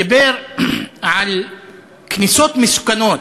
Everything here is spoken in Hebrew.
דיבר על כניסות מסוכנות,